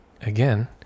again